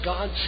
God